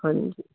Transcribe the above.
ਹਾਂਜੀ